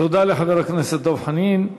תודה לחבר הכנסת דב חנין.